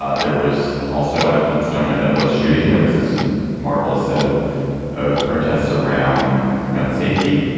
ah there was also after the stoneman douglas shooting there was this marvel instead of of protests around ah gun safety.